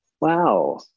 Wow